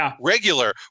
regular